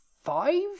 five